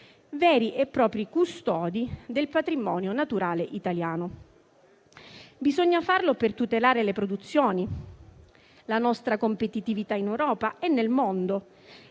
veri e propri custodi del patrimonio naturale italiano. Bisogna farlo per tutelare le produzioni, la nostra competitività in Europa e nel mondo,